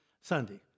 Sunday